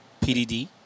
PDD